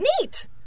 Neat